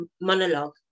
monologue